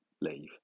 leave